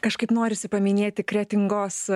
kažkaip norisi paminėti kretingos